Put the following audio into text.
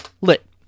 Lit